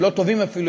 הם לא טובים אפילו,